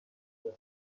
دارد